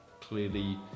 clearly